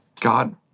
God